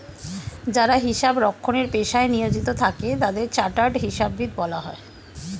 যারা হিসাব রক্ষণের পেশায় নিয়োজিত থাকে তাদের চার্টার্ড হিসাববিদ বলা হয়